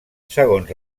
segons